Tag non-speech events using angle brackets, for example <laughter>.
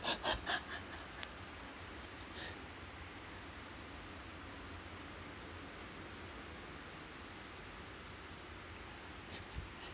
<laughs>